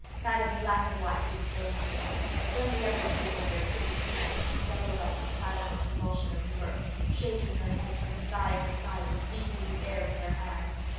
madam black-and-white didn't say anything but when the other two made their pretty speeches she doubled up in a silent convulsion of mirth, shaking her head from side to side and beating the air with her hands.